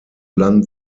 land